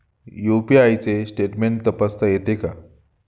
UPI चे statement तपासता येते का?